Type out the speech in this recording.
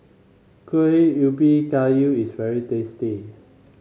Kuih Ubi Kayu is very tasty